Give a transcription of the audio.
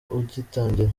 ugitangira